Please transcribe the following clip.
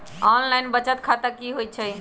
Online बचत खाता की होई छई?